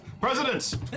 Presidents